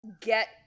get